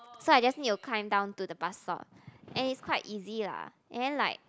so I just need to climb down to the bus stop and is quite easy lah and then like